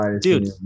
dude